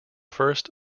first